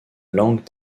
langue